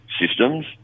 systems